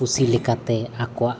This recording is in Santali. ᱠᱩᱥᱤ ᱞᱮᱠᱟᱛᱮ ᱟᱠᱚᱣᱟᱜ